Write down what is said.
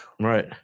Right